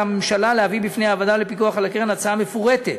על הממשלה להביא בפני הוועדה לפיקוח על הקרן הצעה מפורטת.